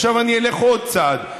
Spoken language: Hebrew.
עכשיו אני אלך עוד צעד: